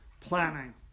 Planning